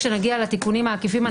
כשנגיע לתיקונים העקיפים,